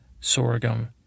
sorghum